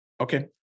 Okay